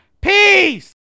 Peace